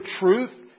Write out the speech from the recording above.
truth